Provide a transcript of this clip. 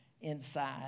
inside